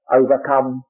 overcome